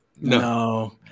No